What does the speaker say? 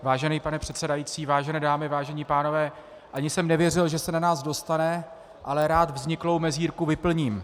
Vážený pane předsedající, vážené dámy, vážení pánové, ani jsem nevěřil, že se na nás dostane, ale rád vzniklou mezírku vyplním.